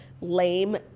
lame